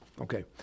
Okay